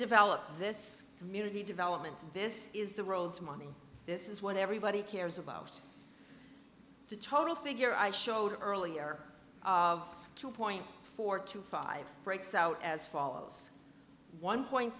develop this community development this is the world's money this is what everybody cares about the total figure i showed earlier of two point four two five breaks out as follows one point